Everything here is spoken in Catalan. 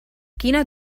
quina